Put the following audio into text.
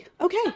Okay